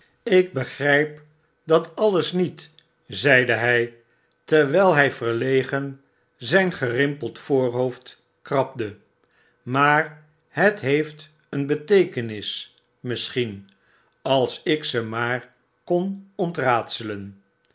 ik begryp dat alles niet zeide hy terwijl hy verlegen zijn gerimpeld voorhoofd krabde maar het he eft een beteekenis misschien als ik ze maar kon ontraadselen